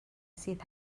sydd